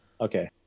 okay